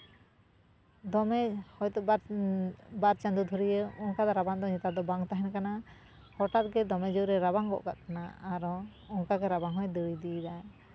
ᱫᱚᱢᱮ ᱦᱚᱭᱛᱳ ᱵᱟᱨ ᱵᱟᱨ ᱪᱟᱸᱫᱚ ᱫᱷᱩᱨᱭᱟᱹ ᱚᱱᱠᱟ ᱫᱚ ᱨᱟᱵᱟᱝ ᱫᱚ ᱱᱮᱛᱟᱨ ᱫᱚ ᱵᱟᱝ ᱛᱟᱦᱮᱱ ᱠᱟᱱᱟ ᱦᱚᱴᱟᱛ ᱜᱮ ᱫᱚᱢᱮ ᱡᱳᱨᱮ ᱨᱟᱵᱟᱝ ᱜᱚᱫ ᱠᱟᱜ ᱠᱟᱱᱟ ᱟᱨᱦᱚᱸ ᱚᱱᱠᱟ ᱜᱮ ᱨᱟᱵᱟᱝ ᱦᱚᱸᱭ ᱫᱟᱹᱲ ᱤᱫᱤᱭᱮᱫᱟ